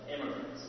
immigrants